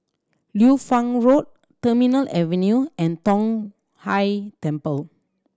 Liu Fang Road Terminal Avenue and Tong Whye Temple